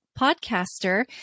podcaster